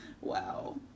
Wow